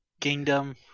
kingdom